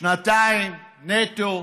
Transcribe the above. שנתיים נטו,